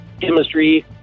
chemistry